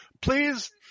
please